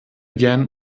gern